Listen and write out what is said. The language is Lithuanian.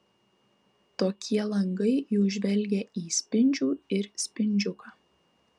tokie langai jau žvelgia į spindžių ir spindžiuką